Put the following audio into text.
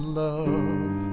love